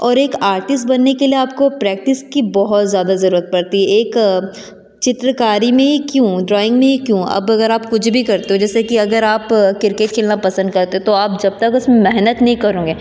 और एक आर्टिस्ट बनने के लिए आपको प्रेक्टिस की बहुत ज़्यादा ज़रूरत पड़ती है एक चित्रकारी में ही क्यों ड्रॉइंग में ही क्यों अब अगर आप कुछ भी करते हो जैसे कि अगर आप क्रिकेट खेलना पसंद करते हो आप जब तक इसमें मेहनत नहीं करोगे